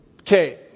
Okay